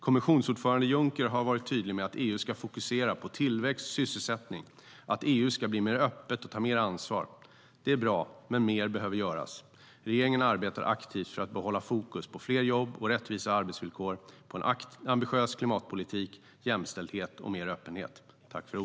Kommissionsordförande Juncker har varit tydlig med att EU ska fokusera på tillväxt och sysselsättning och att EU ska bli mer öppet och ta mer ansvar. Det är bra, men mer behöver göras. Regeringen arbetar aktivt för att behålla fokus på fler jobb och rättvisa arbetsvillkor, på en ambitiös klimatpolitik, jämställdhet och mer öppenhet.